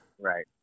right